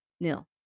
nil